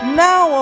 now